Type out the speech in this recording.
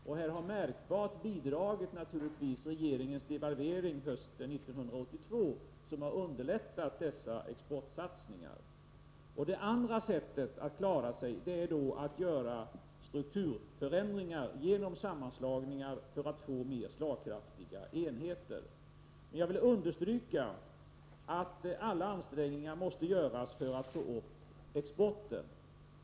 Regeringens devalvering hösten 1982 har naturligtvis märkbart bidragit härtill och underlättat dessa exportsatsningar. Det andra sättet att klara sig är att göra strukturförändringar genom sammanslagningar för att få mer slagkraftiga enheter. Jag vill emellertid understryka att alla ansträngningar måste göras för att få upp exporten.